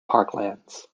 parklands